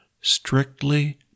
strictly